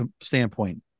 standpoint